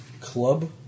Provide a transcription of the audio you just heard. Club